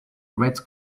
red